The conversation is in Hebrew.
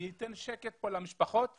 וזה ייתן שקט למשפחות כאן.